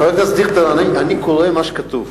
חבר הכנסת דיכטר, אני קורא מה שכתוב.